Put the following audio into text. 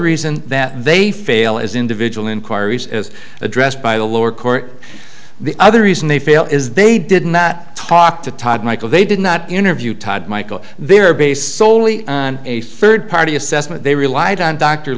reason that they fail is individual inquiries as addressed by the lower court the other reason they fail is they did not talk to todd michael they did not interview todd michael they're based soley on a third party assessment they relied on dr